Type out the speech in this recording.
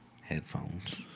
headphones